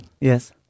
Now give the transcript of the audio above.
Yes